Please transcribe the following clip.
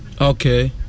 Okay